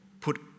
put